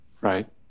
Right